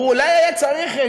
אולי היה צריך,